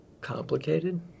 Complicated